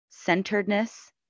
centeredness